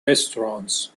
restaurants